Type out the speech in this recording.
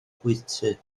bwyty